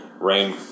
rain